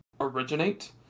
originate